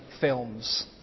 films